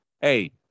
Hey